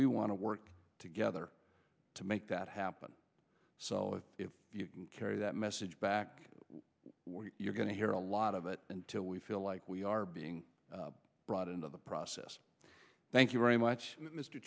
we want to work together to make that happen so if you carry that message back you're going to hear a lot of it until we feel like we are being brought into the process thank you very much mr